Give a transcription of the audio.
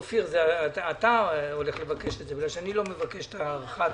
אופיר, אתה תבקש את זה, כי אני לא מבקש את הארכת